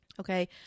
Okay